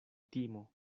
timo